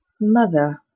Mother